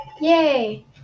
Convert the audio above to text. Yay